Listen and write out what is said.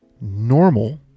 normal